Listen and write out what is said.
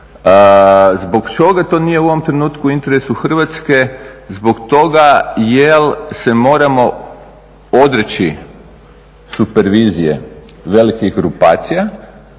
Zbog čega to nije u ovom trenutku u interesu Hrvatske? Zbog toga jer se moramo odreći supervizije velikih grupacija,